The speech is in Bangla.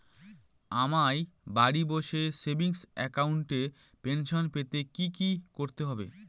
আমায় বাড়ি বসে সেভিংস অ্যাকাউন্টে পেনশন পেতে কি কি করতে হবে?